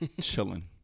chilling